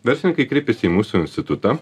verslininkai kreipėsi į mūsų institutą